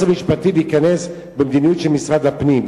המשפטי להיכנס למדיניות של משרד הפנים.